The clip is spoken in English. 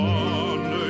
one